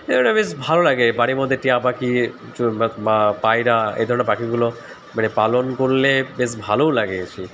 এ বেশ ভালো লাগে এই বাড়ির মধ্যে টিয়া পাখি বা পায়রা এই ধরনের পাখিগুলো মানে পালন করলে বেশ ভালোও লাগে এসে